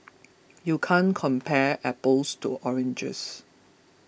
you can't compare apples to oranges